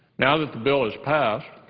now that the bill has passed,